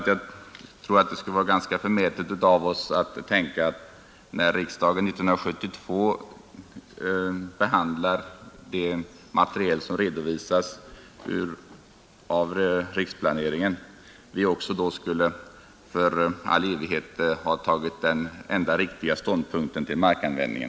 Jag tror att det skulle vara ganska förmätet av oss att tänka att vi, när riksdagen 1972 behandlar det material som redovisas av riksplaneringen, också skulle för all evighet ha intagit den enda riktiga ståndpunkten i fråga om markanvändningen.